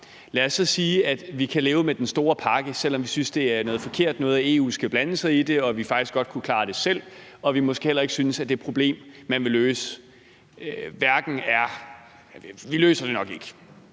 Lad os så sige, at vi kan leve med den store pakke, selv om vi synes, det er noget forkert noget, at EU skal blande sig i det, og at vi faktisk godt kunne klare det selv, og at vi måske heller ikke synes, det er et problem. Lad os altså sige, at man så trods